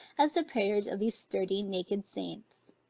as the prayers of these sturdy naked saints.